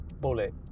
bullet